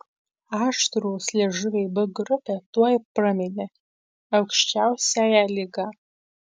aštrūs liežuviai b grupę tuoj praminė aukščiausiąja lyga